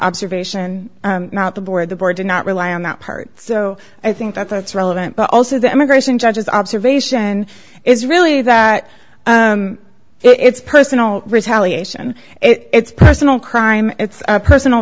observation not the board the board did not rely on that part so i think that that's relevant but also the immigration judges observation is really that it's personal retaliation it's personal crime it's a personal